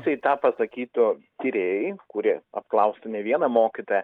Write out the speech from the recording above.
tai tą pasakytų tyrėjai kurie apklaustų ne vieną mokytoją